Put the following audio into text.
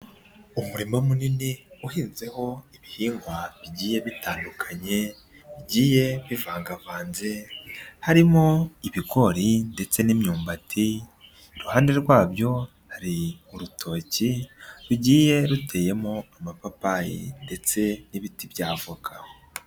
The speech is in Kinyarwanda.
Umurima munini uhinzeho ibihingwa bigiye bitandukanye, bigiye bivangavanze, harimo ibigori ndetse n'imyumbati, iruhande rwabyo hari urutoki, rugiye ruteyemo amapapayi ndetse n'ibiti bya avoka.